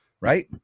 Right